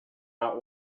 out